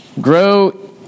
Grow